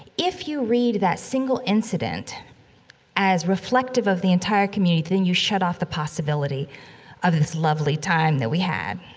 if you read that single incident as reflective of the entire community, then you shut off the possibility of this lovely time that we had.